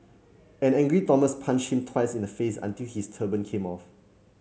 an angry Thomas punched him twice in the face until his turban came off